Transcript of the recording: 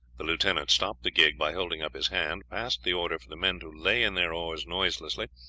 the lieutenant stopped the gig by holding up his hand, passed the order for the men to lay in their oars noiselessly,